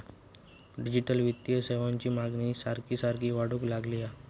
digital वित्तीय सेवांची मागणी सारखी सारखी वाढूक लागली हा